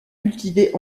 cultivés